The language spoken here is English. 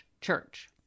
church